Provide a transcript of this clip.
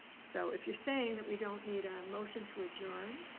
so if you're saying that we don't need a motion to adjourn.